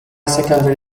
secondary